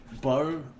bo